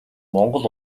монгол